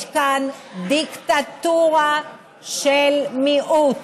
יש כאן דיקטטורה של מיעוט